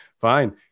Fine